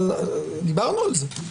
דיברנו על זה.